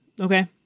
Okay